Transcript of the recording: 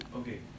okay